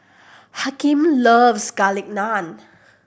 Hakeem loves Garlic Naan